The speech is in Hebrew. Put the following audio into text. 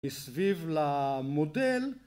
מסביב למודל